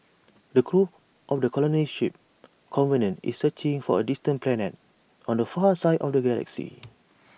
the crew of the colony ship covenant is searching for A distant planet on the far side of the galaxy